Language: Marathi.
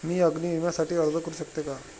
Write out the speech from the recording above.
मी अग्नी विम्यासाठी अर्ज करू शकते का?